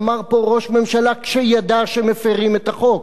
אמר פה ראש ממשלה כשידע שמפירים את החוק.